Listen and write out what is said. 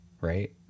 right